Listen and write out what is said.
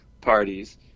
parties